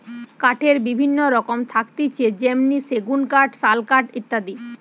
কাঠের বিভিন্ন রকম থাকতিছে যেমনি সেগুন কাঠ, শাল কাঠ ইত্যাদি